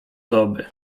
doby